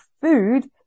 food